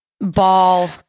ball